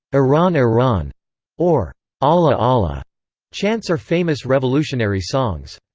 iran iran or allah allah chants are famous revolutionary songs.